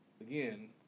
again